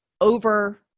over